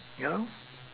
yeah lor